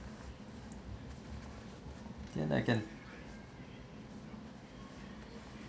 then I can